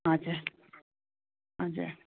हजुर हजुर